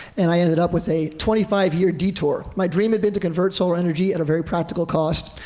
and i ended up with a twenty five year detour. my dream had been to convert solar energy at a very practical cost,